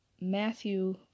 Matthew